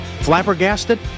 flabbergasted